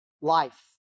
life